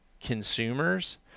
consumers